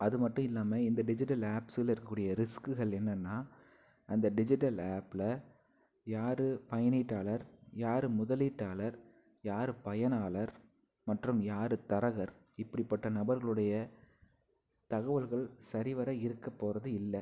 அதுமட்டுல்லாமல் இந்த டிஜிட்டல் ஆப்ஸில் இருக்கக் கூடிய ரிஸ்க்குகள் என்னனா அந்த டிஜிட்டல் ஆப்பில் யார் பயனீட்டாளர் யார் முதலீட்டாளர் யார் பயனாளர் மற்றும் யார் தரகர் இப்படிப்பட்ட நபர்களுடைய தகவல்கள் சரிவர இருக்கப் போவது இல்லை